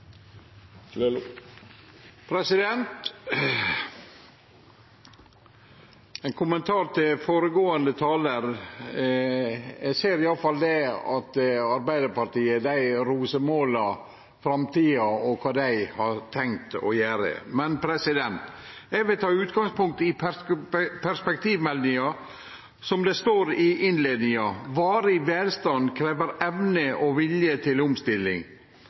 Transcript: framtida. Ein kommentar til føregåande talar: Eg ser i alle fall at Arbeidarpartiet rosemåler framtida og kva dei har tenkt å gjere. Eg vil ta utgangspunkt i perspektivmeldinga, og i innleiinga står det: «Varig velstand krever evne og vilje til omstilling».